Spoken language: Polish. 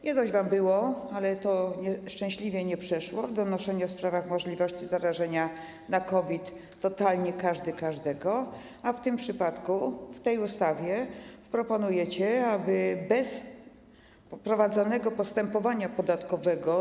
Nie dość wam było, ale to szczęśliwie nie przeszło, to donoszenie o sprawach możliwości zarażenia COVID totalnie każdy każdego, a w tym przypadku, w tej ustawie proponujecie, aby bez prowadzonego postępowania podatkowego.